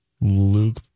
Luke